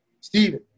Stephen